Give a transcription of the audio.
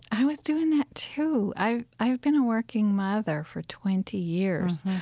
i was doing that too. i've, i have been a working mother for twenty years,